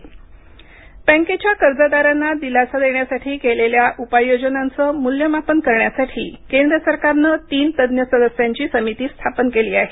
bank कर्जदार बँकेच्या कर्जदारांना दिलासा देण्यासाठी केलेल्या उपाययोजनांच मूल्यमापन करण्यासाठी केंद्र सरकारनं तीन तज्ज्ञ सदस्यांची समिती स्थापन केली आहे